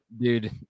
Dude